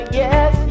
yes